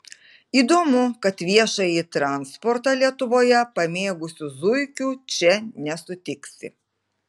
įdomu kad viešąjį transportą lietuvoje pamėgusių zuikių čia nesutiksi